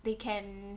they can